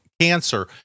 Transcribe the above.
cancer